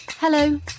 Hello